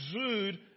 exude